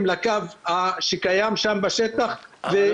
לקו שקיים שם בשטח כדי לפתור את הבעיה.